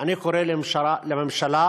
ולממשלה